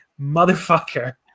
motherfucker